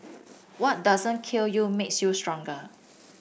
what doesn't kill you makes you stronger